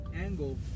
angle